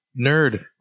nerd